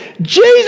Jesus